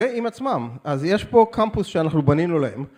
עם עצמם, אז יש פה קמפוס שאנחנו בנינו להם